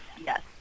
yes